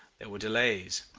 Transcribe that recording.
there were delays.